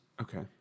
okay